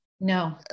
No